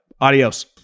Adios